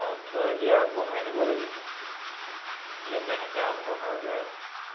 আ থৰেদি আগবঢ়াই নিব লাগিব এতিয়া কেনেকে আগবঢ়োৱা যায়